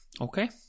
Okay